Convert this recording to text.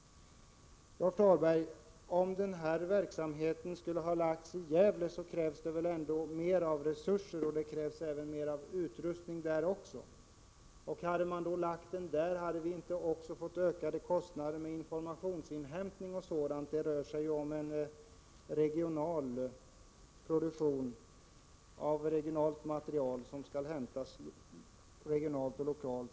Om den här verksamheten skulle ha lagts i Gävle så skulle det väl ha krävts mer resurser och utrustning där också? Om man hade lagt verksamheten där, hade vi då inte också fått ökade kostnader för informationsinhämtning m.m.? Det rör sig ju om produktion av regionalt material, som skall framtas regionalt och lokalt.